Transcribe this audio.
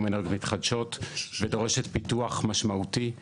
אנרגיות מתחדשות ודורשת פיתוח משמעותי.